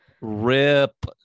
Rip